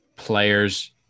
players